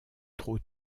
trop